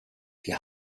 die